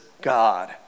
God